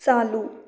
चालू